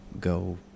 go